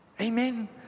Amen